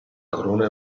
corona